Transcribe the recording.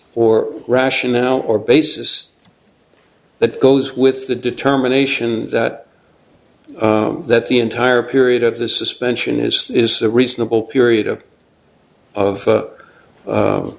or rationale or basis that goes with the determination that that the entire period of the suspension is is a reasonable period of of